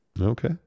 Okay